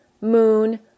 moon